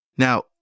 Now